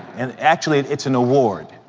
and, actually, it's an award.